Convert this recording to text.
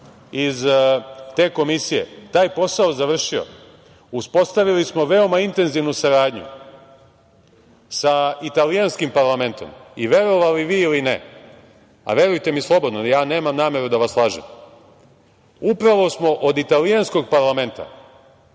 iz te Komisije taj posao završio. Uspostavili smo veoma intenzivnu saradnju sa italijanskim parlamentom, i verovali vi ili ne, a verujte mi slobodno, jer ja nemam nameru da vas lažem, upravo smo od italijanskog parlamenta,